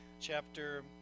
chapter